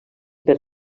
per